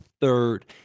third